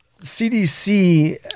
CDC